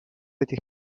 этих